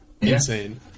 Insane